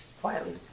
quietly